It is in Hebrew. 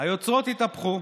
היוצרות התהפכו,